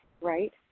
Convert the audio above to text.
right